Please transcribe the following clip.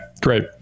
great